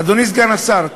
אדוני סגן השר,